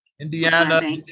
Indiana